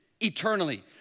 eternally